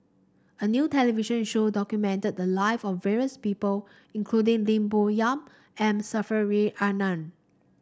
a new television show documented the life of various people including Lim Bo Yam M Saffri A Manaf